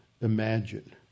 imagine